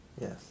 yes